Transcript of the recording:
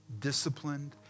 disciplined